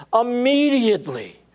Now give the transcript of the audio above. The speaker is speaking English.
immediately